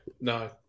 no